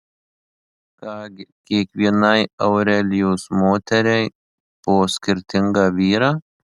ką gi kiekvienai aurelijos moteriai po skirtingą vyrą